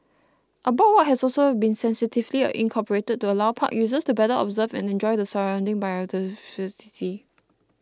a boardwalk has also been sensitively incorporated to allow park users to better observe and enjoy the surrounding biodiversity